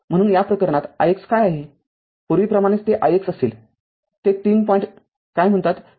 म्हणून या प्रकरणात ix काय आहे पूर्वीप्रमाणेच ते ix असेल ते ३ पॉईंट काय म्हणतात ३